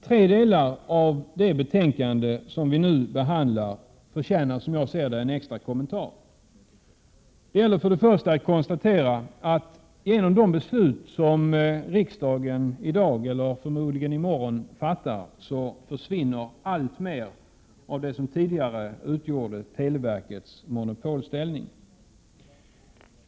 Tre delar av det betänkande som vi nu behandlar förtjänar en extra kommentar, 1. Genom de beslut som riksdagen nu skall fatta försvinner alltmer av televerkets monopolställning.